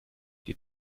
die